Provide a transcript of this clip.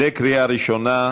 בקריאה ראשונה.